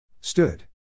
Stood